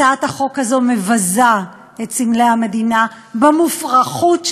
הצעת החוק הזו מבזה את סמלי המדינה במופרכות שלה,